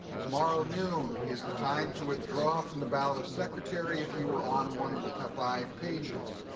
tomorrow noon is the time to withdraw from the ballot of secretary, if you are on one of the five pages.